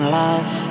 love